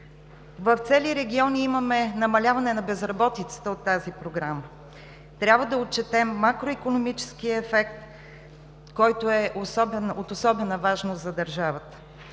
В цели региони имаме намаляване на безработицата от тази Програма. Трябва да отчетем макроикономическия ефект, който е от особена важност за държавата.